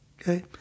okay